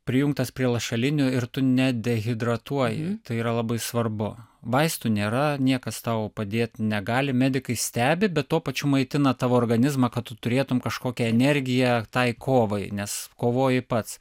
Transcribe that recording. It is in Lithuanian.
prijungtas prie lašalinių ir tu nedehidratuoji tai yra labai svarbu vaistų nėra niekas tau padėt negali medikai stebi bet tuo pačiu maitina tavo organizmą kad tu turėtum kažkokią energiją tai kovai nes kovoji pats